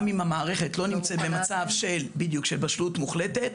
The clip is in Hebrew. גם אם המערכת לא נמצאת במצב של בשלות מוחלטת